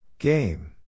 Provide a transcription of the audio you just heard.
Game